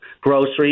groceries